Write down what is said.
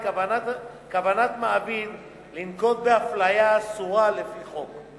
כוונת מעביד לנקוט אפליה האסורה לפי חוק.